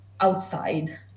outside